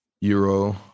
Euro